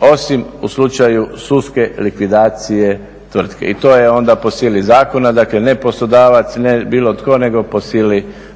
osim u slučaju sudske likvidacije tvrtke i to je onda po sili zakona, dakle ne poslodavac, ne bilo tko nego